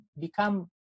become